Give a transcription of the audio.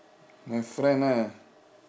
my friend ah